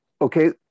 Okay